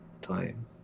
time